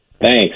Thanks